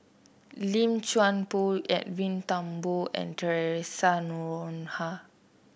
Lim Chuan Poh Edwin Thumboo and Theresa Noronha